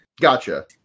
Gotcha